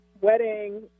wedding